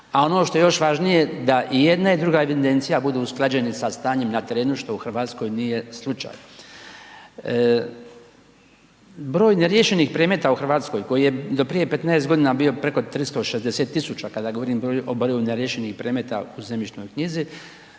a ono što je još važnije da i jedna i druga evidencija budu usklađeni sa stanjem na terenu što u Hrvatskoj nije slučaj. Broj neriješenih predmeta u Hrvatskoj koji do prije 15 godina bio preko 360.000 kada govorim o broju neriješenih predmeta u zemljišnoj knjizi,